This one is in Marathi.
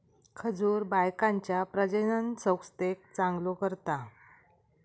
खजूर बायकांच्या प्रजननसंस्थेक चांगलो करता